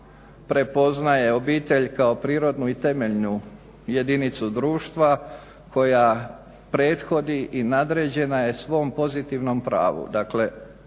prepoznaje obitelj kao prirodnu i temeljnu jedinicu društva koja prethodi i nadređena je svom pozitivnom pravu.